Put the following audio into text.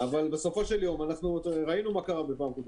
בסופו של יום, ראינו מה קרה בפעם הקודמת.